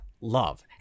love